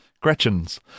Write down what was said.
Gretchens